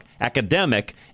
academic